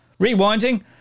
Rewinding